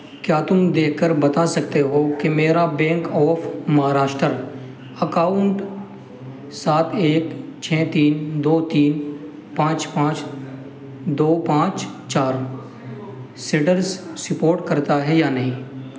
کیا تم دیکھ کر بتا سکتے ہو کہ میرا بینک آف مہاراشٹر اکاؤنٹ سات ایک چھ تین دو تین پانچ پانچ دو پانچ چار سٹرس سپوٹ کرتا ہے یا نہیں